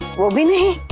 will be